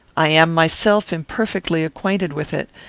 i am myself imperfectly acquainted with it.